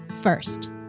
first